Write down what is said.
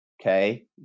Okay